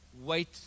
wait